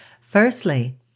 firstly